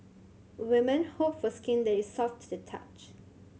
women hope for skin that is soft to the touch